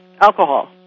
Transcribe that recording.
alcohol